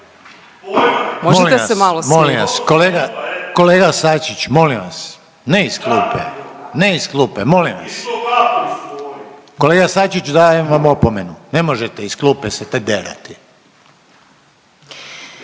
Možete se malo smiriti.